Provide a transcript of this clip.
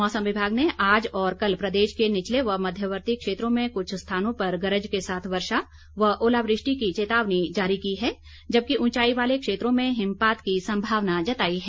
मौसम विभाग ने आज और कल प्रदेश के निचले व मध्यवर्ती क्षेत्रों में कुछ स्थानों पर गरज के साथ वर्षा व ओलावृष्टि की चेतावनी जारी की है जबकि उंचाई वाले क्षेत्रों में हिमपात की सम्भावना जताई है